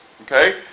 okay